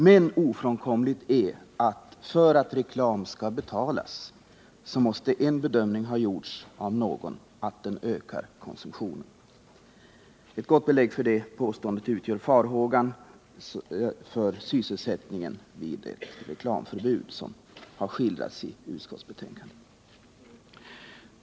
Men ofrånkomligt är att för att reklam skall betalas måste en bedömning ha gjorts att den ökar konsumtionen. Ett gott belägg för det påståendet utgör farhågan för sysselsättningen vid ett reklamförbud, som har antytts i utskottsbetänkandet.